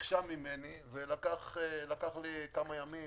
וביקשה ממני, ולקח לי כמה ימים